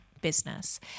business